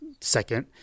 second